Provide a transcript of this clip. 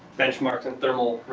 benchmarks and thermal